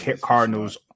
Cardinals